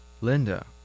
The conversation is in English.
Linda